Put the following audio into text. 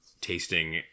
tasting